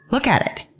look at it.